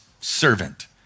servant